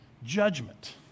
Judgment